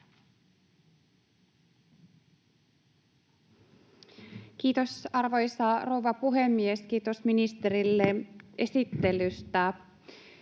Kiitos, arvoisa rouva puhemies! Kiitos ministerille esittelystä.